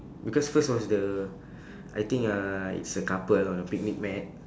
because first was the I think uh it's a couple on the picnic mat